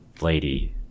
lady